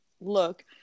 look